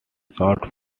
short